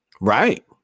Right